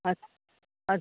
हजुर हजुर